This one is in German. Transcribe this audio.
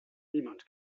niemand